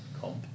Comp